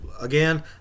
again